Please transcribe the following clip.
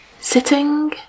sitting